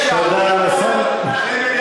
יש יעדים?